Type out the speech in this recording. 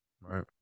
Right